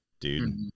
dude